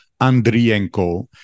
Andrienko